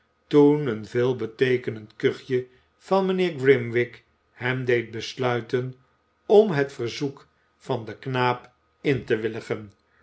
een veetbeteekenend kuchje van mijnheer grimwig hem deed besluiten om het verzoek van den knaap in te willigen